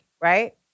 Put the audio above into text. right